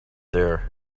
there